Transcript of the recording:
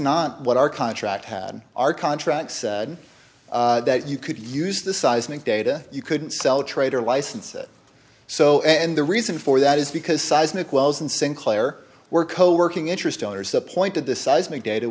not what our contract had our contracts that you could use the seismic data you couldn't sell trade or license it so and the reason for that is because seismic wells and sinclair were co working interest owners appointed the seismic data